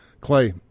Clay